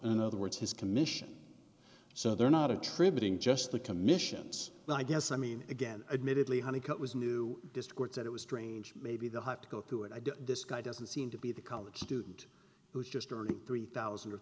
in other words his commission so they're not attributing just the commissions but i guess i mean again admittedly honeycutt was knew that it was strange maybe the have to go through it i get this guy doesn't seem to be the college student who's just already three thousand or